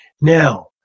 Now